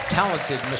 talented